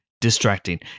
distracting